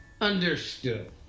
Understood